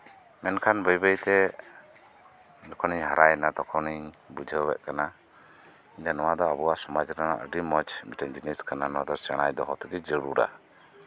ᱢᱮᱱᱠᱷᱟᱱ ᱵᱟᱹᱭ ᱵᱟᱹᱭᱛᱮ ᱡᱚᱠᱷᱚᱱᱤᱧ ᱦᱟᱨᱟᱭᱮᱱᱟ ᱛᱚᱠᱷᱚᱱᱤᱧ ᱵᱩᱡᱷᱟᱹᱣ ᱮᱫ ᱠᱟᱱᱟ ᱱᱚᱶᱟ ᱫᱚ ᱟᱵᱚᱣᱟᱜ ᱥᱚᱢᱟᱡ ᱨᱮᱭᱟᱜ ᱟᱹᱰᱤ ᱢᱚᱸᱡᱽ ᱢᱤᱫᱴᱮᱱ ᱡᱤᱱᱤᱥ ᱠᱟᱱᱟ ᱱᱚᱶᱟ ᱫᱚ ᱥᱮᱲᱟᱭ ᱫᱚᱦᱚ ᱛᱮᱜᱮ ᱡᱟᱹᱨᱩᱲᱟ